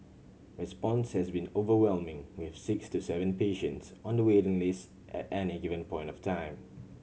response has been overwhelming with six to seven patients on the waiting list at any given point of time